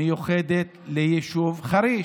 כבוד השר, כבוד היושב-ראש,